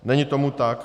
Není tomu tak.